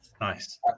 Nice